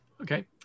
okay